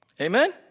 Amen